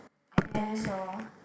I think so